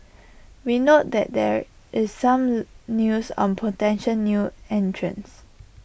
we note that there is some news on potential new entrants